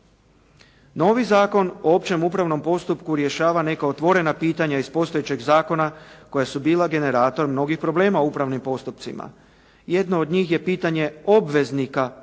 Novi Zakon o općem upravnom postupku rješava neka otvorena pitanja iz postojećeg zakona koja su bila generator mnogih problema u upravnim postupcima. Jedno od njih je pitanje obveznika postupanja